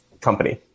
company